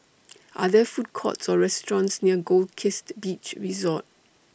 Are There Food Courts Or restaurants near Goldkist Beach Resort